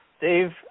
Dave